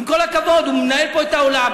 עם כל הכבוד, הוא מנהל פה את העולם?